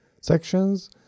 sections